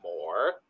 more